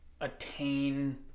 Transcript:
attain